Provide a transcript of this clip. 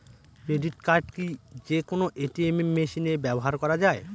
Credit card কি যে কোনো এ.টি.এম মেশিনে ব্যবহার করা য়ায়?